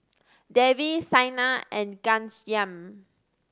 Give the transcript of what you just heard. Devi Saina and Ghanshyam